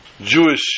Jewish